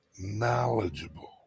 knowledgeable